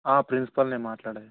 ప్రిన్సిపల్నే మాట్లాడేది